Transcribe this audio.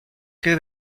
que